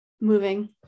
moving